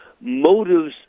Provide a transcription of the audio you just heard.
motives